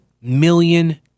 million